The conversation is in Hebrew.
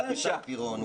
מה עם שי פירון?